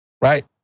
Right